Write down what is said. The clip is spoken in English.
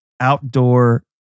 outdoor